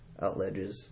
outledges